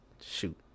shoot